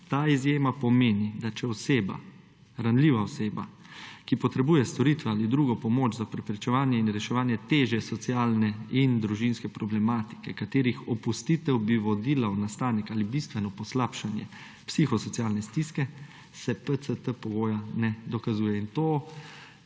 ta izjema pomeni, da če oseba, ranljiva oseba, ki potrebuje storitev ali drugo pomoč za preprečevanje in reševanje težje socialne in družinske problematike, katerih opustitev bi vodila v nastanek ali bistveno poslabšanje psihosocialne stiske, se PCT pogoja ne dokazuje.